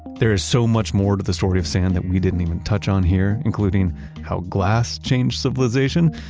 there is so much more to this story of sand that we didn't even touch on here including how glass changed civilization.